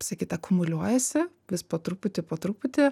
visa kita akumuliuojasi vis po truputį po truputį